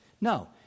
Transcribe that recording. No